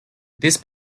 this